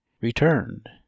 returned